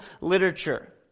literature